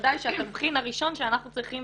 ובוודאי שהתבחין הראשון שאנחנו צריכים